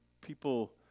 people